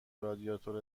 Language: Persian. رادیاتور